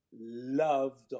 loved